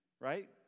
right